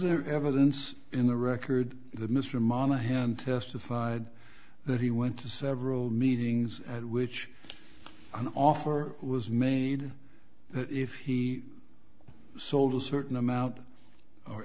the evidence in the record mr monaghan testified that he went to several meetings at which an offer was made that if he sold a certain amount or